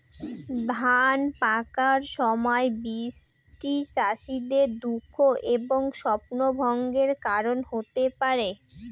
ধান পাকার সময় বৃষ্টি চাষীদের দুঃখ এবং স্বপ্নভঙ্গের কারণ হতে পারে